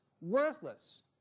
worthless